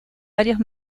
varios